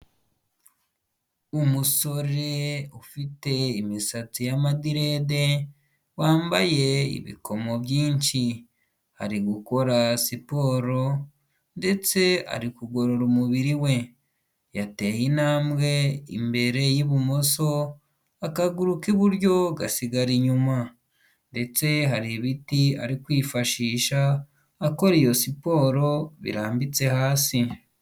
Umusore ufite imisatsi y'amadirede, wambaye ibikomo byinshi ari gukora siporo ndetse ari kugorora umubiri we, yateye intambwe imbere y'ibumoso akaguru k'iburyo gasigara inyuma, ndetse hari ibiti ari kwifashisha akora iyo siporo birambitse hasi.